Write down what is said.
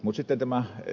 mutta tämä ed